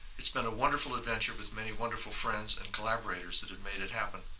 it's been a wonderful adventure with many wonderful friends and collaborators that have made it happen.